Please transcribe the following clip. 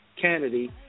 Kennedy